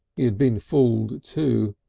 he had been fooled too,